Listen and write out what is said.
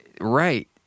Right